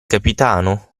capitano